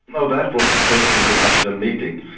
oh that was the first international meeting.